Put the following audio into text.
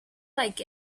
like